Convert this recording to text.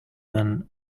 than